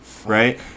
Right